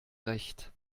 recht